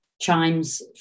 chimes